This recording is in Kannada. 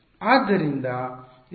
ಆದ್ದರಿಂದ ಇದು x ನ ಕಾರ್ಯವಾಗಿದೆ